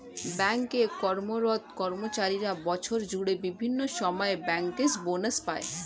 bank এ কর্মরত কর্মচারীরা বছর জুড়ে বিভিন্ন সময়ে ব্যাংকার্স বনাস পায়